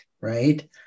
right